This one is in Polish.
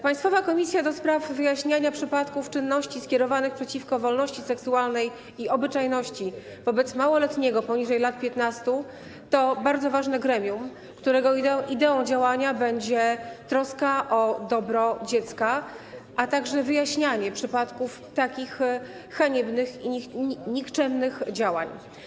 Państwowa Komisja do spraw wyjaśniania przypadków czynności skierowanych przeciwko wolności seksualnej i obyczajności wobec małoletniego poniżej lat 15 to bardzo ważne gremium, którego ideą działania będzie troska o dobro dziecka, a także wyjaśnianie przypadków takich haniebnych i nikczemnych działań.